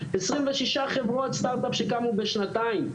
26 חברות סטארט-אפ שקמו בשנתיים.